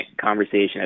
conversation